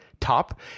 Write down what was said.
top